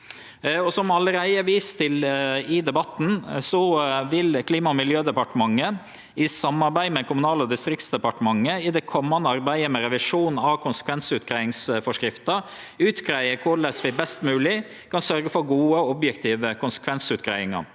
det allereie er vist til i debatten, vil Klima- og miljødepartementet – i samarbeid med Kommunal- og distriktsdepartementet – i det komande arbeidet med revisjon av konsekvensutgreiingsforskrifta utgreie korleis vi best mogleg kan sørgje for gode og objektive konsekvensutgreiingar.